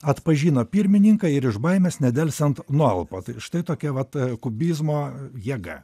atpažino pirmininką ir iš baimės nedelsiant nualpo štai tokia vat kubizmo jėga